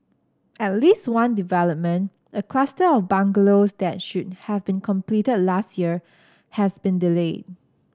at least one development a cluster of bungalows that should have been completed last year has been delayed